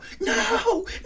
No